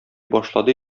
башлады